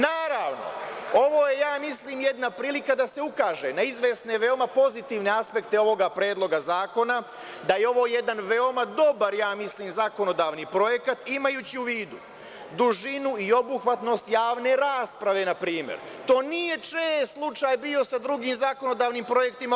Naravno ovo je, ja mislim jedna prilika da se ukaže na izvesne i veoma pozitivne aspekte ovog Predloga zakona, da je ovo jedan veoma dobar zakonodavni projekat imajući u vidu dužinu i obuhvatnost javne rasprave npr. To nije bio čest slučaj sa drugim zakonodavnim projektima.